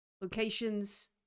locations